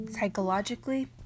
Psychologically